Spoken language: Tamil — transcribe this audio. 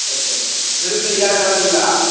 சரி சரி விருந்து வியாழக் கெழமைங்களா